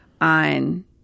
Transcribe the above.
on